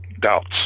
doubts